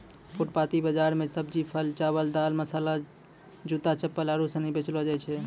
फुटपाटी बाजार मे सब्जी, फल, चावल, दाल, मसाला, जूता, चप्पल आरु सनी बेचलो जाय छै